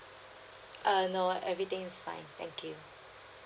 uh no everything is fine thank you